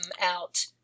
out